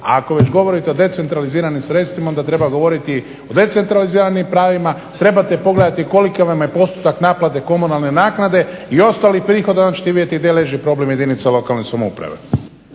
A ako već govorite o decentraliziranim sredstvima, onda treba govoriti o decentraliziranim pravima, trebate pogledati koliki vam je postotak naplate komunalne naknade i ostalih prihoda, onda ćete vidjeti gdje leži problem jedinica lokalne samouprave.